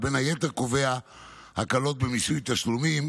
ובין היתר קובע הקלות במיסוי תשלומים